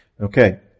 okay